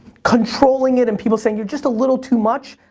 controlling it and people saying, you're just a little too much.